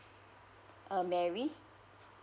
um mary